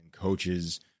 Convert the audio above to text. coaches